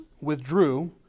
withdrew